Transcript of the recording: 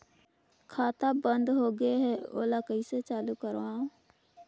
खाता बन्द होगे है ओला कइसे चालू करवाओ?